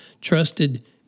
trusted